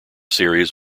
series